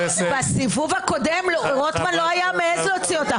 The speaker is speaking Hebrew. בסיבוב הקודם רוטמן לא היה מעז להוציא אותך.